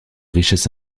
richesse